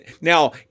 Now